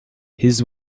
his